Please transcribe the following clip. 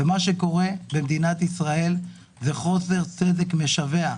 מה שקורה במדינת ישראל זה חוסר צדק משווע.